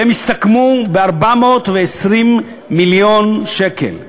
והן הסתכמו ב-420 מיליון שקל.